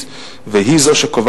אמרנו להם: זה שטח